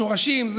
השורשים הם